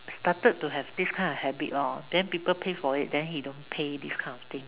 started to have this kind of habit lor then people pay for it then he don't pay this kind of thing